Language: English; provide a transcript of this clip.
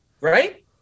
Right